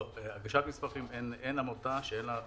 לא, אין עמותה שאין לה הגשת מסמכים.